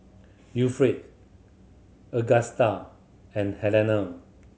Agusta and Helena